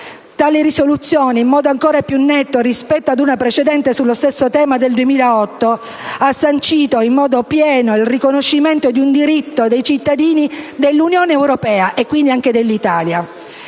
Tale risoluzione, in modo ancora più netto rispetto ad una precedente sullo stesso tema, adottata nel 2008, ha sancito in modo pieno il riconoscimento di un diritto dei cittadini dell'Unione europea - e quindi anche dell'Italia